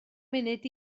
munud